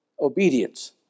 obedience